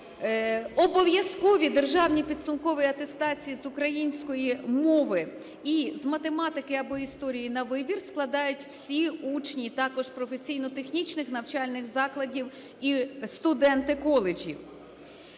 обов'язкові державні підсумкові атестації з української мови і з математики або історії на вибір складають всі учні, і також професійно-технічних навчальних закладів і студенти коледжів.